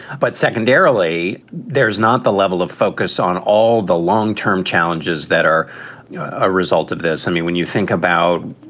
but secondarily, there is not the level of focus on all the long term challenges that are a result of this. i mean, when you think about,